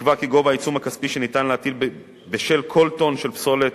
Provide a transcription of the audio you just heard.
נקבע כי גובה העיצום הכספי שניתן להטיל בשל כל טון של פסולת